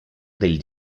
del